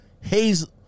Hazel